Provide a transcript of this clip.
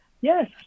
Yes